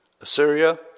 Assyria